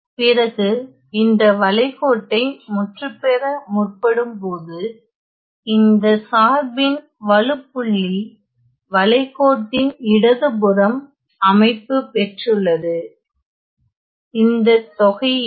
பிறகு இந்த வளைகோட்டை முற்றுப்பெற முற்படும்போது இந்த சார்பின் வழுப்புள்ளி வளைகோட்டின் இடதுபுறம் அமைப்பு பெற்றுள்ளது இந்த தொகையீடு